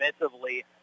defensively